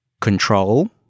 Control